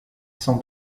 sans